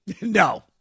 No